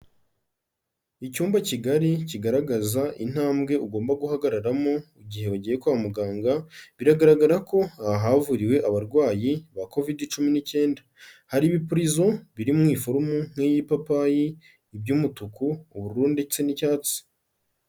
Icyumba kigari kigaragaza intambwe ugomba guhagararamo igihe ugiye kwa muganga, biragaragara ko havuriwe abarwayi ba Covid cumi n'icyenda, hari ibipurizo biririmo iforumu nk'iy'ipapayi, iby'umutuku, ubururu ndetse n'icyatsi.